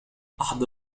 أحضر